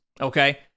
Okay